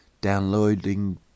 downloading